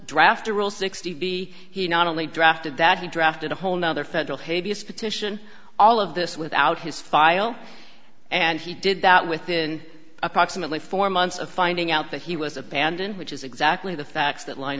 draft a rule sixty b he not only drafted that he drafted a whole nother federal hey b s petition all of this without his file and he did that within approximately four months of finding out that he was abandoned which is exactly the facts that line